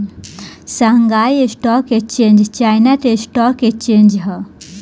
Shanghai stock exchange China के stock exchange ह